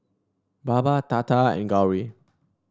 Baba Tata and Gauri